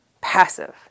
passive